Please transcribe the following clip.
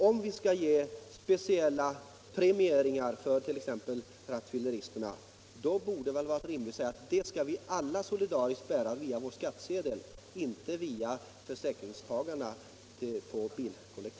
Om vi skall ge t.ex. rattfylleristerna speciella premieringar borde det väl varit rimligt att säga att vi alla solidariskt skall bära kostnaderna via skattsedeln och inte låta försäkringstagarna göra det.